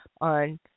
on